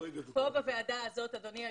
אדוני היושב-ראש,